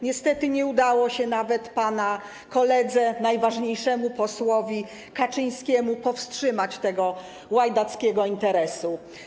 Niestety nie udało się nawet pana koledze, najważniejszemu posłowi, Kaczyńskiemu powstrzymać tego łajdackiego interesu.